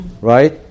Right